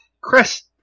Chris